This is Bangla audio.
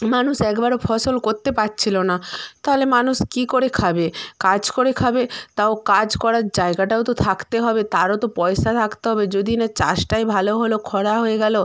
মানুষ একবারও ফসল করতে পারছিল না তাহলে মানুষ কী করে খাবে কাজ করে খাবে তাও কাজ করার জায়গাটাও তো থাকতে হবে তারও তো পয়সা থাকতে হবে যদি না চাষটাই ভালো হলো খরা হয়ে গেলো